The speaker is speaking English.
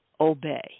obey